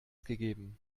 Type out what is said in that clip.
gegeben